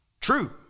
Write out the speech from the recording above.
true